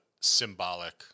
symbolic